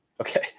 Okay